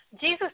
Jesus